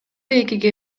экиге